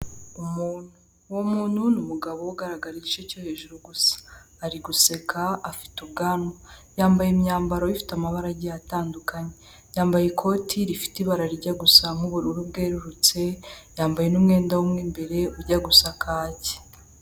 Umuntu, uwo muntu ni umugabo ugaragara igice cyo hejuru gusa, ari guseka, afite ubwanwa, yambaye imyambaro ifite amabarage atandukanye, yambaye ikoti rifite ibara rijya gusa nk'ubururu bwerurutse, yambaye n'umwenda wo mo imbere ujya gusa kacye.